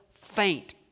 Faint